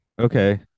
Okay